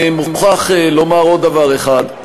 מוכרח לומר עוד דבר אחד,